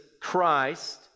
Christ